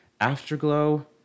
Afterglow